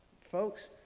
Folks